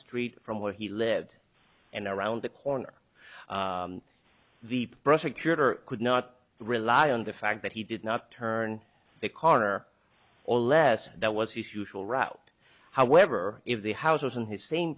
street from where he lived and around the corner the prosecutor could not rely on the fact that he did not turn the corner or less that was his usual route however if the house was in his same